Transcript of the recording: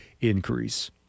increase